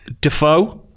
Defoe